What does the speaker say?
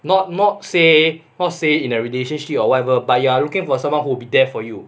not not say not say in a relationship or whatever but you are looking for someone who will be there for you